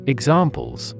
Examples